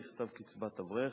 נכתב "קצבת אברך",